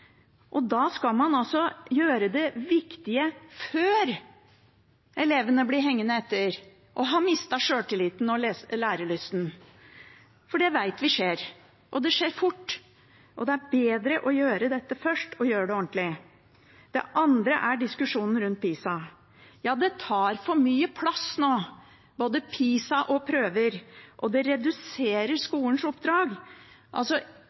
Da skal man gjøre det viktige før elevene blir hengende etter og har mistet sjøltilliten og lærelysten. For det vet vi skjer, og det skjer fort. Det er bedre å gjøre dette først og gjøre det ordentlig. Det andre er diskusjonen rundt PISA. Ja, det tar for mye plass nå, både PISA og prøver, og det reduserer